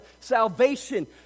salvation